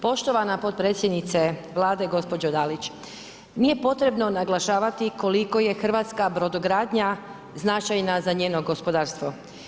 Poštovana potpredsjednice Vlade gospođo Dalić, nije potrebno naglašavati, koliko je hrvatska brodogradnja značajna za njeno gospodarstvo.